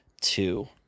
two